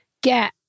get